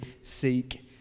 seek